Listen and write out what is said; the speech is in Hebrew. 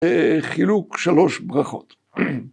חילוק שלוש ברכות.